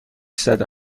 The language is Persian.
زده